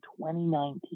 2019